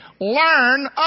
Learn